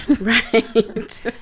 Right